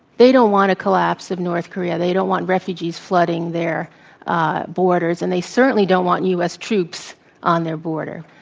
they don't want a collapse of north korea. they don't want refugees flooding their borders and they certainly don't want u. s. troops on their border,